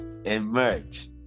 Emerge